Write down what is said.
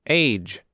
age